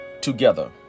Together